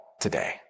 today